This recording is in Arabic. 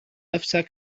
نفسك